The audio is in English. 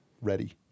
ready